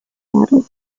cattle